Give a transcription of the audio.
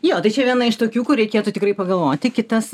jo tai čia viena iš tokių kur reikėtų tikrai pagalvoti kitas